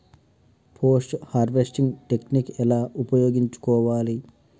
Post harvesting technique ఎలా ఉపయోగించుకోవాలి?